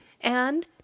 And-